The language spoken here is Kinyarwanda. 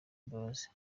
imbabazi